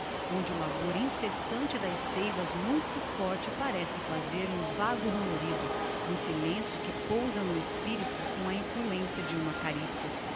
onde o labor incessante das seivas muito forte parece fazer um vago rumorido um silencio que pousa no espirito com a influencia de uma caricia